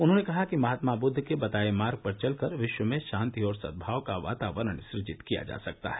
उन्होंने कहा कि महात्मा बृद्ध के बताये मार्ग पर चलकर विश्व में शांति और सद्भाव का वातावरण सुजित किया जा सकता है